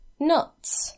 Nuts